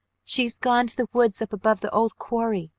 she's gone to the woods up above the old quarry!